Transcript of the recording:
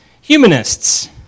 humanists